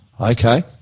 Okay